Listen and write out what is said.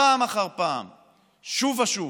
פעם אחר פעם, שוב ושוב,